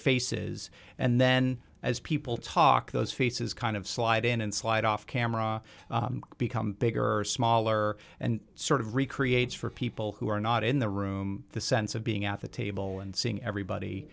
faces and then as people talk those faces kind of slide in and slide off camera become bigger or smaller and sort of recreates for people who are not in the room the sense of being at the table and seeing everybody